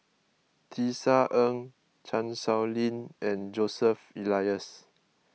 Tisa Ng Chan Sow Lin and Joseph Elias